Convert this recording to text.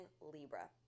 Libra